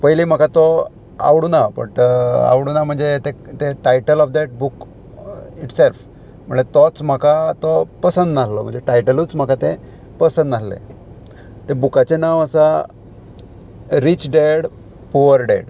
पयलीं म्हाका तो आवडूंक ना बट आवडूंक ना म्हणजे ते title of that book itself म्हणल्यार तोच म्हाका तो पसंद नाहलो म्हणजे टायटलूच म्हाका ते पसंद नासले ते बुकाचें नांव आसा रिच डेड पुअर डॅड